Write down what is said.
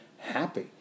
happy